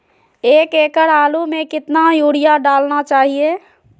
एक एकड़ आलु में कितना युरिया डालना चाहिए?